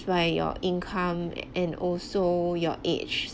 by your income and also your age